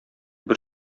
бер